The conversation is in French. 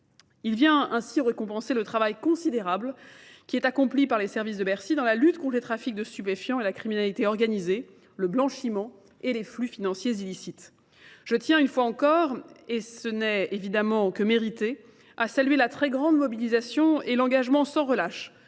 Il vient ainsi récompenser le travail considérable qui est accompli par les services de Bercy dans la lutte contre les trafics de stupéfiants et la criminalité organisée, le blanchiment et les flux financiers illicites. Je tiens, une fois encore, et ce n'est évidemment que mérité, à saluer la très grande mobilisation et l'engagement sans relâche,